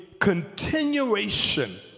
continuation